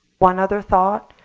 one other thought,